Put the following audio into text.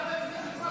בסמכות שלך.